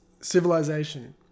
civilization